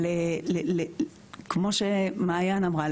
אבל כמו שמעיין אמרה,